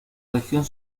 región